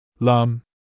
Lum